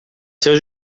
seus